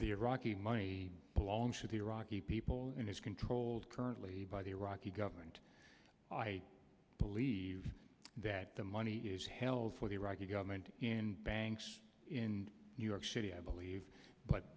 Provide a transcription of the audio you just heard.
the iraqi my belongs to the iraqi people and is controlled currently by the iraqi government i believe that the money is held for the iraqi government in banks in new york city i believe but